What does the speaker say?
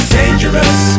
dangerous